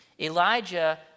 Elijah